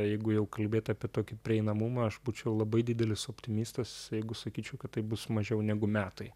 jeigu jau kalbėt apie tokį prieinamumą aš būčiau labai didelis optimistas jeigu sakyčiau kad tai bus mažiau negu metai